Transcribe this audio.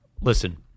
Listen